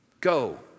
go